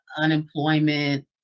unemployment